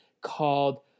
called